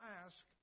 ask